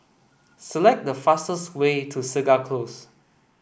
select the fastest way to Segar Close